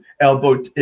elbow